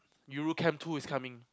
Yuru-camp two is coming